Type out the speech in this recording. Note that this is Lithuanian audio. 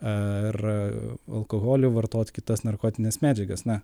ar alkoholį vartot kitas narkotines medžiagas na